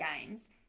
games